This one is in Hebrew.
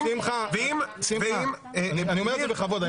שמחה, אני אומר את זה בכבוד.